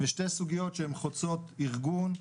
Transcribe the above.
ושתי סוגיות שהן חוצות ארגון,